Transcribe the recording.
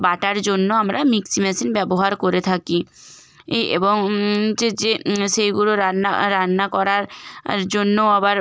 butter জন্য আমরা mixie machine ব্যবহার করে থাকি এই এবং হচ্ছে যে সেইগুলো রান্না রান্না করার আর জন্য আবার